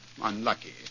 unlucky